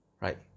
Right